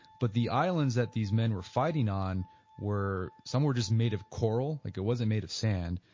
but the islands that these men were fighting on were, some were just made of coral like it wasn't made of sand,